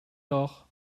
doch